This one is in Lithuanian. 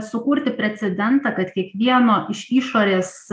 sukurti precedentą kad kiekvieno iš išorės